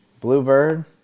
bluebird